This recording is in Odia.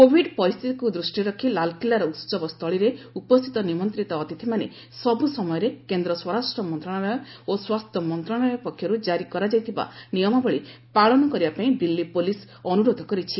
କୋଭିଡ୍ ପରିସ୍ଥିତିକୁ ଦୃଷ୍ଟିରେ ରଖି ଲାଲ୍କିଲ୍ଲାର ଉତ୍ସବ ସ୍ଥଳୀରେ ଉପସ୍ଥିତ ନିମନ୍ତିତ ଅତିଥିମାନେ ସବୁ ସମୟରେ କେନ୍ଦ୍ର ସ୍ୱରାଷ୍ଟ୍ର ମନ୍ତ୍ରଣାଳୟ ଓ ସ୍ୱାସ୍ଥ୍ୟ ମନ୍ତ୍ରଣାଳୟ ପକ୍ଷରୁ ଜାରି କରାଯାଇଥିବା ନିୟମାବଳୀ ପାଳନ କରିବାପାଇଁ ଦିଲ୍ଲୀ ପୁଲିସ୍ ଅନୁରୋଧ କରିଛି